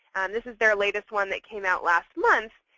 this is their latest one that came out last month,